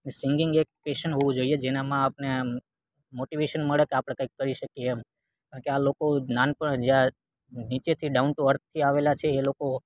ને સિંગિંગ એક પેશન હોવું જોઈએ જેનામાં આપને મોટિવેશન મળે કે આપણે કંઈક કરી શકીએ એમ કારણ કે આ લોકો નાનપણ જ્યાર નીચેથી ડાઉન ટુ અર્થથી આવેલા છે એ લોકો